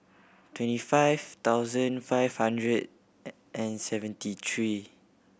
twenty five thousand five hundred and seventy three